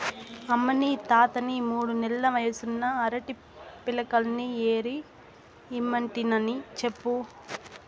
అమ్మనీ తాతని మూడు నెల్ల వయసున్న అరటి పిలకల్ని ఏరి ఇమ్మంటినని చెప్పు